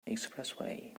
expressway